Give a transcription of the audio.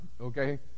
Okay